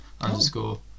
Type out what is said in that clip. underscore